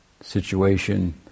situation